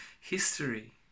history